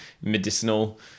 medicinal